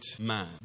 man